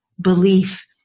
belief